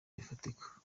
bifatika